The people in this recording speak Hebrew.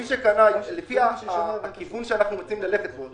אם אנחנו רואים שחודש מסוים היתה בו פגיעה